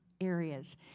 areas